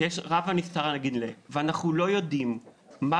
שרב הנסתר על הנגלה ואנחנו לא יודעים מה